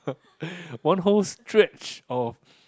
one whole stretch of